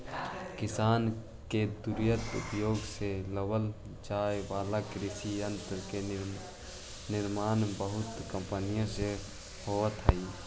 किसान के दुयारा उपयोग में लावल जाए वाला कृषि यन्त्र के निर्माण बहुत से कम्पनिय से होइत हई